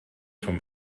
von